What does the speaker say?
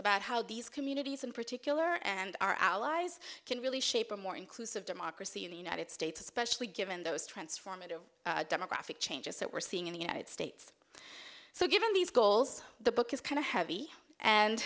about how these communities in particular and our allies can really shape or a more inclusive democracy in the united states especially given those transformative demographic changes that we're seeing in the united states so given these goals the book is kind of heavy and